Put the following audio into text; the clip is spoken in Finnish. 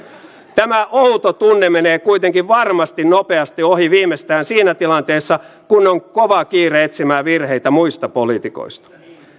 tämä outo tunne menee kuitenkin varmasti nopeasti ohi viimeistään siinä tilanteessa kun on kova kiire etsimään virheitä muista poliitikoista